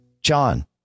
John